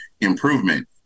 improvement